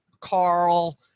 Carl